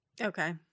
Okay